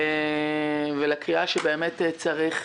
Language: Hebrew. שבאמת צריך